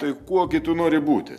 tai kuo gi tu nori būti